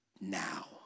now